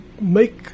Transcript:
make